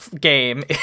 game